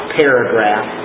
paragraph